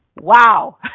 Wow